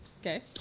Okay